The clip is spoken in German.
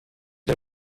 den